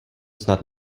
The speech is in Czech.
snad